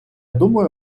думаю